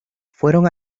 fueron